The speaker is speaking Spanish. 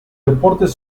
reportes